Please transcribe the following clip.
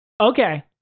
okay